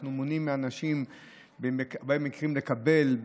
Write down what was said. אנחנו מונעים מאנשים בהרבה מקרים לקבל,